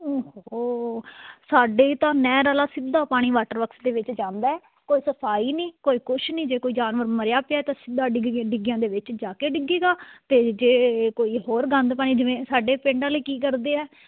ਓ ਹੋ ਸਾਡੇ ਤਾਂ ਨਹਿਰ ਵਾਲਾ ਸਿੱਧਾ ਪਾਣੀ ਵਾਟਰ ਵਰਕਸ ਦੇ ਵਿੱਚ ਜਾਂਦਾ ਕੋਈ ਸਫਾਈ ਨਹੀਂ ਕੋਈ ਕੁਛ ਨਹੀਂ ਜੇ ਕੋਈ ਜਾਨਵਰ ਮਰਿਆ ਪਿਆ ਤਾਂ ਸਿੱਧਾ ਡਿੱਗੀ ਡਿੱਗੀਆਂ ਦੇ ਵਿੱਚ ਜਾ ਕੇ ਡਿੱਗੇਗਾ ਅਤੇ ਜੇ ਕੋਈ ਹੋਰ ਗੰਦ ਪਾਣੀ ਜਿਵੇਂ ਸਾਡੇ ਪਿੰਡ ਵਾਲੇ ਕੀ ਕਰਦੇ ਆ